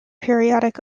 periodic